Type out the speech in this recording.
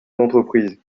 d’entreprise